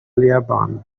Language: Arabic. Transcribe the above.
اليابان